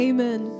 Amen